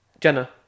Jenna